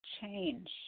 change